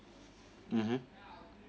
mmhmm